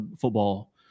football